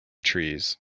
trees